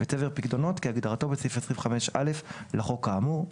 ו"צבר פיקדונות" כהגדרתו בסעיף 25א לחוק האמור;